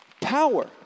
Power